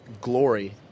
glory